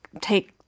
take